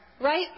right